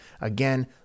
Again